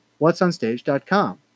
what'sonstage.com